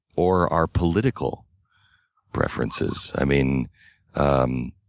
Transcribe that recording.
or our political preferences. i mean um